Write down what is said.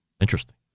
Interesting